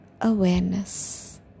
awareness